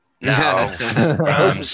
No